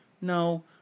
No